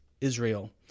Israel